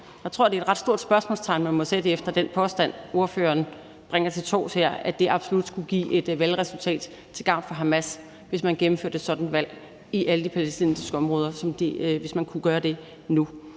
jeg tror, det er et stort spørgsmålstegn, som man må sætte efter den påstand, som ordføreren her bringer til torvs, altså at det absolut skulle give et valgresultat til gavn for Hamas, hvis man nu kunne gennemføre sådan et valg i alle de palæstinensiske områder. Det andet